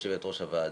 יושבת ראש הוועדה,